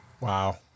Wow